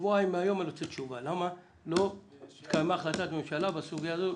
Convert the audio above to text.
שבועיים מהיום אני רוצה תשובה למה לא התקיימה החלטת ממשלה בסוגיה הזו.